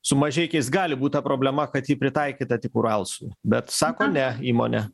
su mažeikiais gali būt ta problema kad ji pritaikyta tik uralsui bet sako ne įmonė